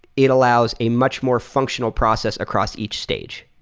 it allows a much more functional process across each stage.